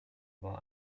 war